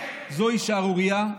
זה שערורייה,